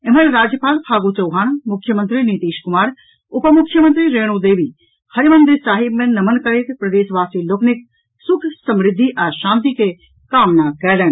एम्हर राज्यपाल फागू चौहान मुख्यमंत्री नीतीश कुमार उपमुख्यमंत्री रेणु देवी हरमंदिर साहिब मे नमन करैत प्रदेशवासी लोकनिक सुख समृद्धि आ शांति के कामना कयलनि